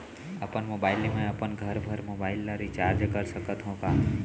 अपन मोबाइल ले मैं अपन घरभर के मोबाइल ला रिचार्ज कर सकत हव का?